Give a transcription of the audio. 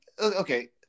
okay